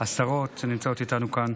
השרות שנמצאות איתנו כאן,